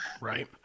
Right